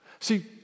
See